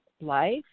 life